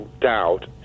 doubt